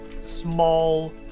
small